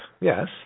yes